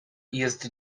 jest